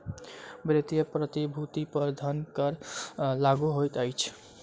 वित्तीय प्रतिभूति पर धन कर लागू होइत अछि